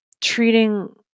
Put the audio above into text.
treating